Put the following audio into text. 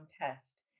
test